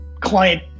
client